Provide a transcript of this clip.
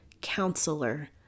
Counselor